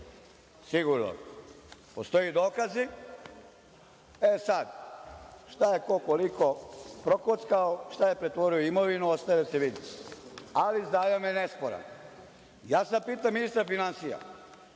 sigurno. Postoje dokazi. E, sad, šta je ko, koliko prokockao, šta je pretvorio u imovinu, ostaje da se vidi, ali zajam je nesporan. Ja sad pitam ministra finansija